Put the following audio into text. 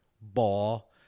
ball